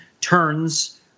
turns